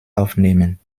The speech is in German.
aufnehmen